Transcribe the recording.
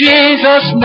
Jesus